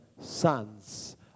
sons